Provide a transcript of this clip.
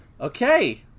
Okay